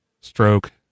stroke